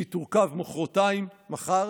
כשהיא תורכב מוחרתיים, מחר,